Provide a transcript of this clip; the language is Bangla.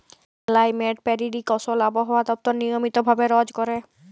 কেলাইমেট পেরিডিকশল আবহাওয়া দপ্তর নিয়মিত ভাবে রজ ক্যরে